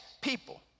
people